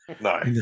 no